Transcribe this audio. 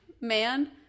man